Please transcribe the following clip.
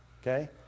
okay